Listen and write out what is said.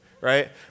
right